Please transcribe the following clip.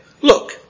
look